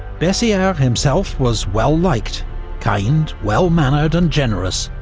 bessieres himself was well-liked kind, well-mannered and generous,